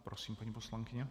Prosím, paní poslankyně.